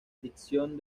dicción